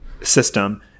system